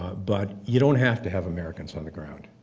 but you don't have to have americans on the ground.